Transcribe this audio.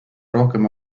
rohkem